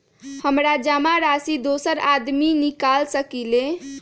हमरा जमा राशि दोसर आदमी निकाल सकील?